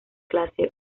clase